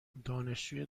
دانشجو